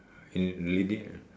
la~ lady